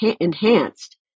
enhanced